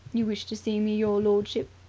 you wished to see me, your lordship?